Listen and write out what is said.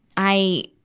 i,